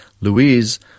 Louise